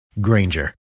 Granger